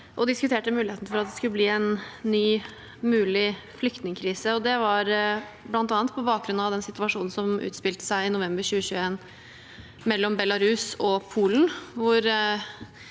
og diskuterte muligheten for at det skulle bli en ny flyktningkrise. Det var bl.a. på bakgrunn av den situasjonen som utspilte seg mellom Belarus og Polen